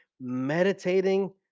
meditating